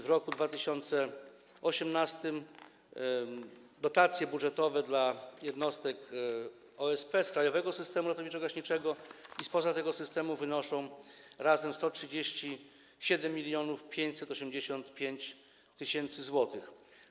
W roku 2018 dotacje budżetowe dla jednostek OSP z krajowego systemu ratowniczo-gaśniczego i spoza tego systemu wynoszą razem 137 585 tys. zł.